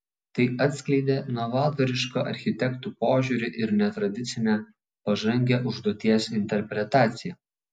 tai atskleidė novatorišką architektų požiūrį ir netradicinę pažangią užduoties interpretaciją